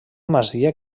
masia